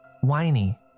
whiny